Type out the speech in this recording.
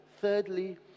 Thirdly